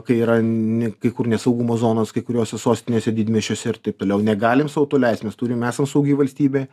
kai yra ne kai kur nesaugumo zonos kai kuriose sostinėse didmiesčiuose ir taip toliau negalim sau to leist mes turim esam saugi valstybė